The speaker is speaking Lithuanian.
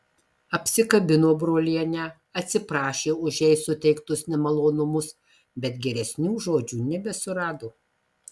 apsikabino brolienę atsiprašė už jai suteiktus nemalonumus bet geresnių žodžių nebesurado